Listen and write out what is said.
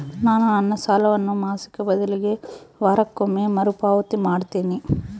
ನಾನು ನನ್ನ ಸಾಲವನ್ನು ಮಾಸಿಕ ಬದಲಿಗೆ ವಾರಕ್ಕೊಮ್ಮೆ ಮರುಪಾವತಿ ಮಾಡ್ತಿನ್ರಿ